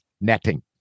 netting